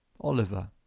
Oliver